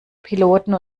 piloten